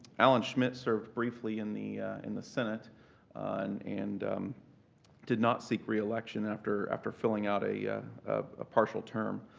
allen schmidt served briefly in the in the senate and did not seek re-election after after filling out a ah ah partial term.